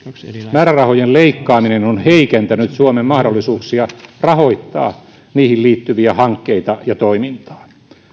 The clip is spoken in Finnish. määrärahojen leikkaaminen on heikentänyt suomen mahdollisuuksia rahoittaa niihin liittyviä hankkeita ja toimintaa